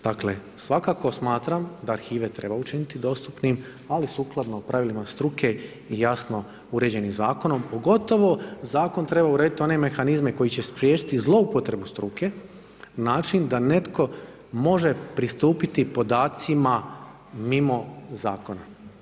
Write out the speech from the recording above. Dakle, svakako smatram da arhive treba učiniti dostupnim ali sukladno pravilima struke i jasno uređenim zakonom, pogotovo zakon treba urediti one mehanizme koji će spriječiti zloupotrebu struke, način da netko može pristupiti podacima mimo zakona.